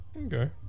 Okay